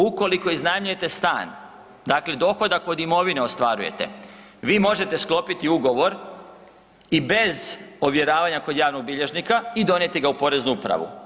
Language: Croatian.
Ukoliko iznajmljujete stan, dakle dohodak od imovine ostvarujete, vi možete sklopiti ugovor i bez ovjeravanja kod javnog bilježnika i donijeti ga u poreznu upravu.